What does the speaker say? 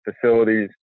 facilities